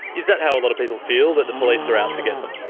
is that how a lot of people feel, that the police are out to get them?